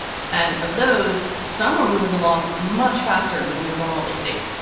and of those, some are moving along much faster than we'd normally see.